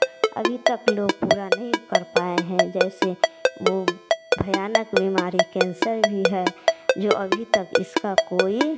अभी तक लोग पूरा नहीं कर पाएँ हैं जैसे वह भयानक बीमारी कैंसर भी है जो अभी तक इसका कोई